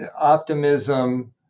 optimism